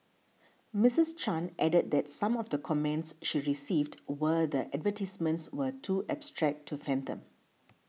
Misses Chan added that some of the comments she received were that advertisements were too abstract to fathom